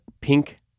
pink